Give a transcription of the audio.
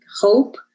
hope